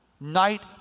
night